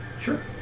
Sure